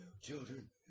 children